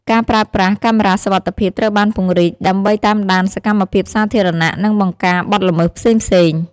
ការប្រើប្រាស់ កាមេរ៉ាសុវត្ថិភាពត្រូវបានពង្រីកដើម្បីតាមដានសកម្មភាពសាធារណៈ និងបង្ការបទល្មើសផ្សេងៗ។